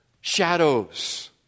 shadows